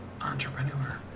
entrepreneur